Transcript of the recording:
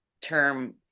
term